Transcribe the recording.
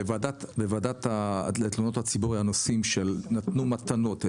בוועדת תלונות הציבור הנושאים שנתנו מתנות,